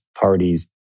parties